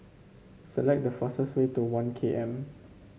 select the fastest way to One K M